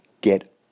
get